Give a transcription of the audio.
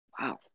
Wow